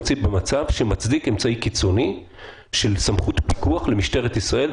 מצדיק אמצעי קיצוני של סמכות פיקוח למשטרת ישראל?